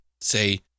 say